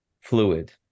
fluid